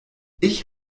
ich